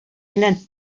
белән